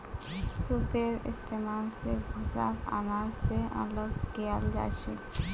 सूपेर इस्तेमाल स भूसाक आनाज स अलग कियाल जाछेक